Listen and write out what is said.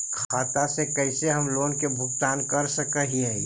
खाता से कैसे हम लोन के भुगतान कर सक हिय?